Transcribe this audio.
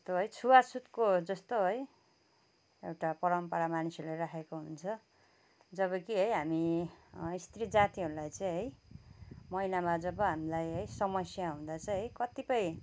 जस्तो है छुवाछुतको जस्तो है एउटा परम्परा मानिसहरूले राखेको हुन्छ जब कि है हामी सत्री जातिहरूलाई चाहिँ है महिनामा जब हामलाई है समस्या हुदाँ चाहिँ है कतिपय